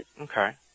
Okay